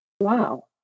Wow